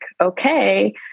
okay